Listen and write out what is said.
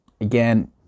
again